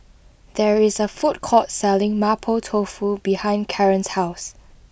there is a food court selling Mapo Tofu behind Kaaren's house